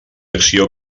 acció